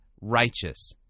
righteous